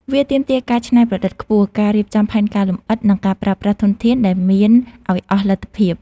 វាទាមទារការច្នៃប្រឌិតខ្ពស់ ការរៀបចំផែនការលម្អិត និងការប្រើប្រាស់ធនធានដែលមានឱ្យអស់លទ្ធភាព។